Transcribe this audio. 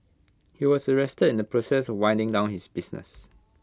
he was arrested in the process of winding down his business